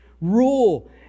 rule